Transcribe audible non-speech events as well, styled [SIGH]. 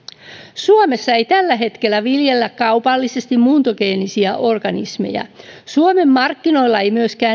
suomessa ei tällä hetkellä viljellä kaupallisesti muuntogeenisiä organismeja suomen markkinoilla ei myöskään [UNINTELLIGIBLE]